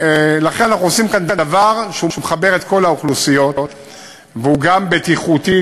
אנחנו עושים כאן דבר שמחבר את כל האוכלוסיות והוא גם בטיחותי,